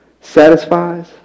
satisfies